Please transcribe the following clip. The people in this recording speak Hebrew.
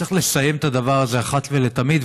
צריך לסיים את הדבר הזה אחת ולתמיד.